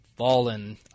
fallen